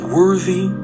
worthy